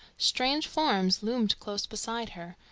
strange forms loomed close beside her,